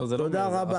תודה רבה.